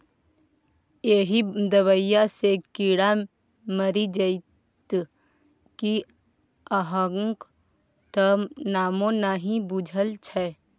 एहि दबाई सँ कीड़ा मरि जाइत कि अहाँक त नामो नहि बुझल छै